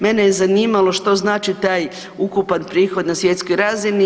Mene je zanimalo što znači taj ukupan prihod na svjetskoj razini.